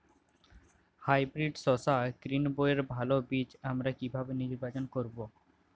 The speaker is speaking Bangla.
হাইব্রিড শসা গ্রীনবইয়ের ভালো বীজ আমরা কিভাবে নির্বাচন করব?